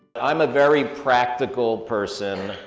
i'm a very practical person,